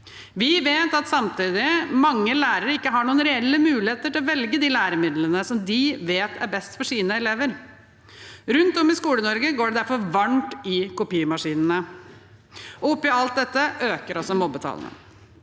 Vi vet at samtidig er det mange lærere som ikke har noen reelle muligheter til å velge de læremidlene som de vet er best for sine elever. Rundt om i Skole-Norge går det derfor varmt i kopimaskinene. Oppi alt dette øker også mobbetallene.